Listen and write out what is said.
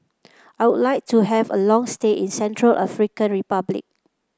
I would like to have a long stay in Central African Republic